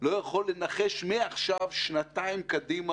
אף אחד לא יכול לנחש שנתיים קדימה,